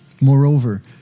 Moreover